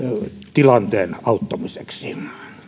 tilanteen auttamiseksi